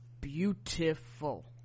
beautiful